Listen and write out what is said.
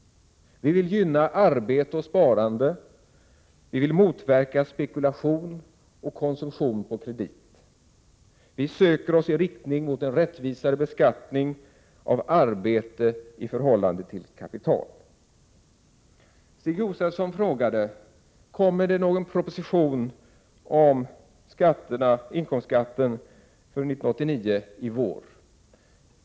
Vi vill gynna arbete och sparande. Vi vill motverka spekulation och konsumtion på kredit. Vi söker ossi riktning mot en rättvisare beskattning av arbete i förhållande till kapital. Stig Josefson frågade: Kommer det någon proposition om inkomstskatten för 1989 i vår?